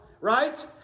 right